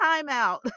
timeout